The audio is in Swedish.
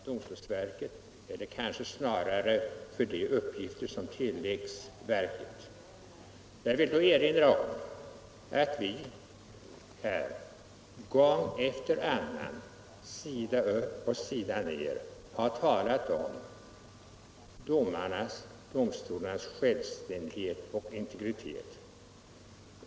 Herr talman! Herr Nyquist känner tydligen en viss oro inför inrättandet av domstolsverket eller kanske snarare inför de uppgifter som kommer att tilläggas verket. Jag vill erinra om att vi sida upp och sida ned i betänkandet talat om domarnas och domstolarnas självständighet och integritet.